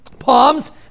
Palms